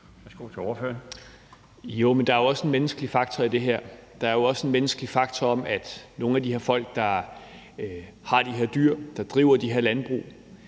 er jo også en menneskelig faktor i det her. Der er jo også den menneskelige faktor, at det ikke er sikkert, at nogen af de her folk, der har de her dyr, og som driver de her landbrug,